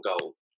goals